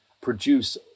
produce